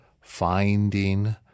finding